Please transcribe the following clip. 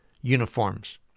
uniforms